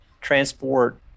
transport